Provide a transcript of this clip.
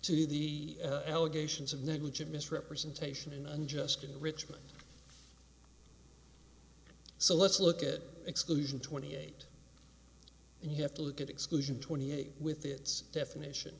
to the allegations of negligent misrepresentation and unjust enrichment so let's look at exclusion twenty eight and you have to look at exclusion twenty eight with its definition